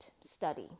study